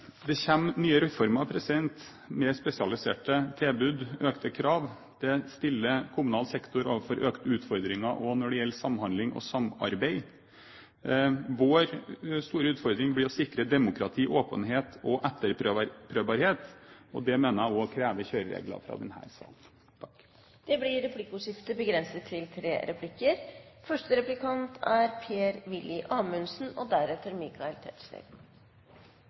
Det kommer nye reformer med spesialiserte tilbud og økte krav. Det stiller kommunal sektor overfor økte utfordringer når det gjelder samhandling og samarbeid. Vår store utfordring blir å sikre demokrati, åpenhet og etterprøvbarhet. Det mener jeg også krever kjøreregler fra denne sal. Det blir replikkordskifte. Rød-grønne representanter har i løpet av denne debatten forsøkt å plassere politisk farge på det som er